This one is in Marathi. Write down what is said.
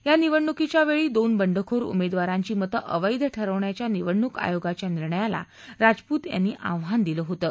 या निवडणुकीच्या वेळी दोन बंडखोर उमेदवारांची मतं अवधीठरवण्याच्या निवडणूक आयोगाच्या निर्णयाला राजपूत यांनी आव्हान दिलं होतं